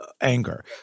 anger